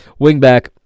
wingback